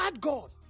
God